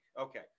okay